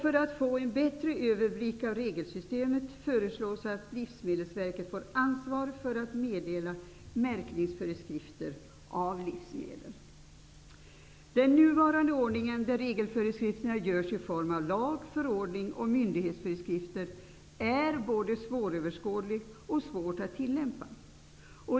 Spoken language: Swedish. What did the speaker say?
För att få en bättre överblick av regelsystemet föreslås att Livsmedelsverket får ansvar för att meddela märkningsförskrifter av livsmedel. Den nuvarande ordningen där regelföreskrifter görs i form av lag, förordning och myndighetsföreskrifter är både svåröverskådlig och svår att tillämpa.